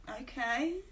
okay